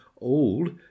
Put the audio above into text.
old